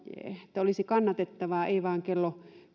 että olisi kannatettavaa ei vain kello